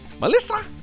melissa